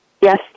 Yes